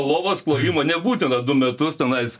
lovos klojimo nebūtina du metus tenais